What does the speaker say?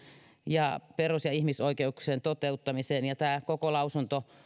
ja perus ja ihmisoikeuksien toteuttamiseen tämä koko lausunto